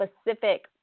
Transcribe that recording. specific